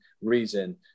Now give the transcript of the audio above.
reason